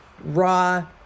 raw